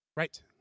right